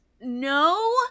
No